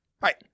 right